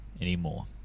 anymore